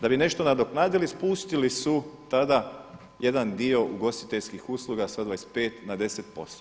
Da bi nešto nadoknadili, spustili su tada jedan dio ugostiteljskih usluga sa 25 na 10%